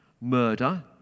murder